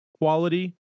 quality